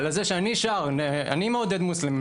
על זה שאני מעודד מוסלמים,